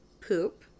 poop